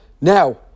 Now